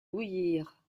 bouillir